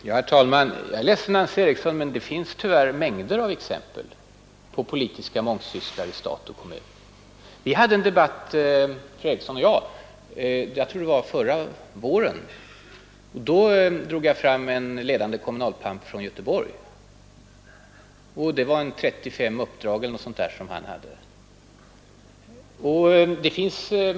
Herr talman! Jag är ledsen, Nancy Eriksson, men det finns tyvärr mängder av exempel på politiska mångsysslare i stat och kommun. I en tidigare debatt med fru Eriksson — jag tror att det var förra våren — drog jag fram en ledande kommunalpamp från Göteborg som hade ett trettiotal uppdrag eller någonting sådant.